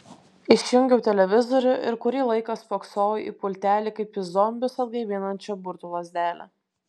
išjungiau televizorių ir kurį laiką spoksojau į pultelį kaip į zombius atgaivinančią burtų lazdelę